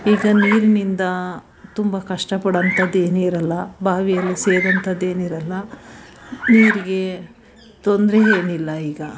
ಈಗ ನೀರಿನಿಂದ ತುಂಬ ಕಷ್ಟ ಪಡುವಂಥದ್ದೇನು ಇರೋಲ್ಲ ಬಾವಿಯಲ್ಲಿ ಸೇದುವಂಥದ್ದೇನು ಇರೋಲ್ಲ ನೀರಿಗೆ ತೊಂದರೆ ಏನಿಲ್ಲ ಈಗ